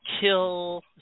kill